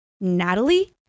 Natalie